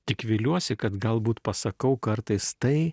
tik viliuosi kad galbūt pasakau kartais tai